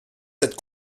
cette